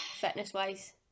fitness-wise